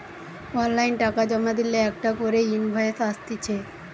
online টাকা জমা দিলে একটা করে ইনভয়েস আসতিছে